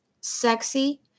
sexy